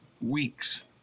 weeks